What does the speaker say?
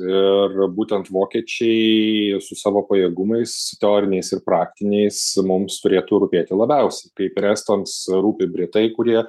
ir būtent vokiečiai su savo pajėgumais teoriniais ir praktiniais mums turėtų rūpėti labiausiai kaip ir estams rūpi britai kurie